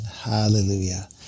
Hallelujah